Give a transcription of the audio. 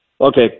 Okay